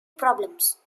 problems